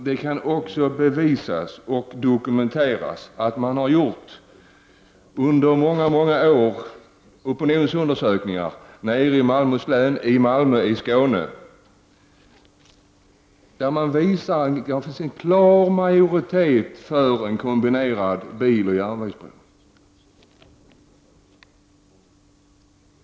Det har, fru Tillander, under många år gjorts opinionsundersökningar i Malmö och i Skåne i övrigt, vilka visar att det är en klar majoritet för en kombinerad biloch järnvägsbro.